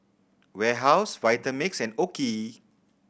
Warehouse Vitamix and OKI